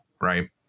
Right